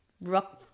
rock